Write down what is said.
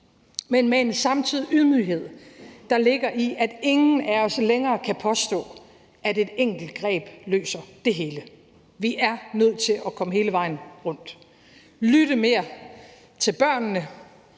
det med en ydmyghed, der ligger i, at ingen af os længere kan påstå, at et enkelt greb løser det hele. Vi er nødt til at komme hele vejen rundt, lytte mere til børnene